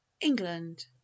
england